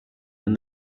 and